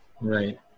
Right